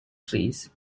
fleas